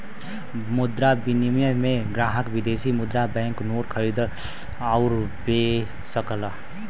मुद्रा विनिमय में ग्राहक विदेशी मुद्रा बैंक नोट खरीद आउर बे सकलन